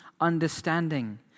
understanding